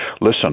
Listen